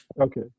okay